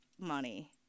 money